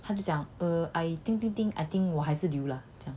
他就讲 err I think think think 我还是留 lah 这样